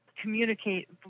communicate